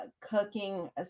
cooking